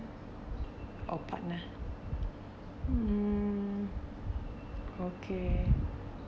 or partner mm okay